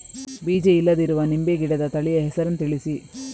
ಬೀಜ ಇಲ್ಲದಿರುವ ನಿಂಬೆ ಗಿಡದ ತಳಿಯ ಹೆಸರನ್ನು ತಿಳಿಸಿ?